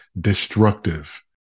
destructive